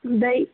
दै छी